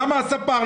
למה הספר?